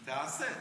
תיעשה.